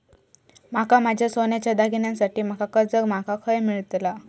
माका माझ्या सोन्याच्या दागिन्यांसाठी माका कर्जा माका खय मेळतल?